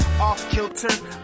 off-kilter